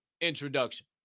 introduction